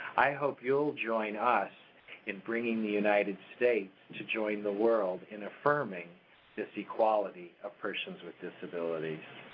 i hope you'll join us in bringing the united states to join the world in affirming this equality of persons with disabilities.